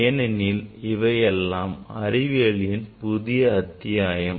ஏனெனில் இவையெல்லாம் அறிவியலின் புதிய அத்தியாயம்